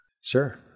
Sure